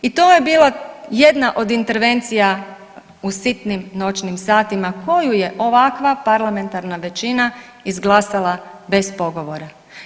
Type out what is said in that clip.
I to je bila jedna od intervencija u sitnim noćnim satima koju je ovakva parlamentarna većina izglasala bez pogovora.